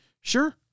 Sure